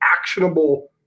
actionable